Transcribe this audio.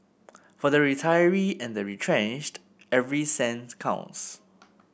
for the retiree and the retrenched every cent counts